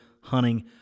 hunting